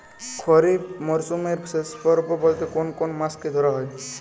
খরিপ মরসুমের শেষ পর্ব বলতে কোন কোন মাস কে ধরা হয়?